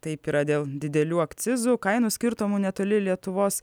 taip yra dėl didelių akcizų kainų skirtumų netoli lietuvos